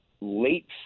late